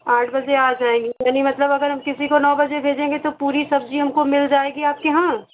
आठ बजे आ जाएँगी यानी मतलब अगर हम किसी को नौ बजे भेजेंगे तो पूरी सब्ज़ी हमको मिल जाएगी आपके यहाँ